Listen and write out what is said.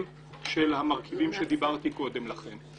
של המרכיבים שדיברתי עליהם קודם לכן.